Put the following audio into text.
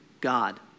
God